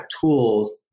tools